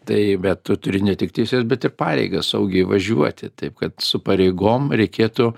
tai bet tu turi ne tik teises bet ir pareigas saugiai važiuoti taip kad su pareigom reikėtų